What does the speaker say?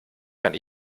kann